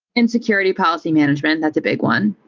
and security policy management. that's a big one.